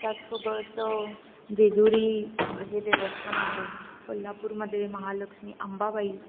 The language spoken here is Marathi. त्यातसोबत जेजुरी हे देवस्थान आहे कोल्हापूरमध्ये महालक्ष्मी आंबाबाई